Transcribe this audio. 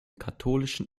katholischen